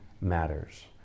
matters